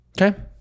Okay